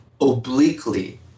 obliquely